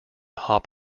hop